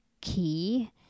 key